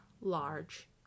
large